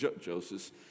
Joseph